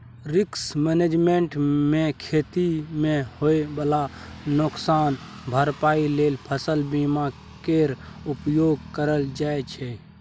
risk management मे खेती मे होइ बला नोकसानक भरपाइ लेल फसल बीमा केर उपयोग कएल जाइ छै